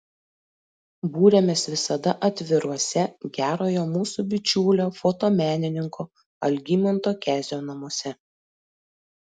būrėmės visada atviruose gerojo mūsų bičiulio fotomenininko algimanto kezio namuose